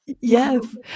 Yes